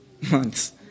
months